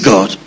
God